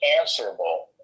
answerable